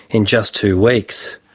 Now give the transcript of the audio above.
in just two weeks.